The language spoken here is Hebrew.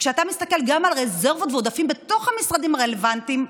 וכשאתה מסתכל גם על רזרבות ועודפים בתוך המשרדים הרלוונטיים,